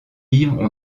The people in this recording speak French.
livres